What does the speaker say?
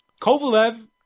Kovalev